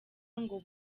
ngo